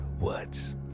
words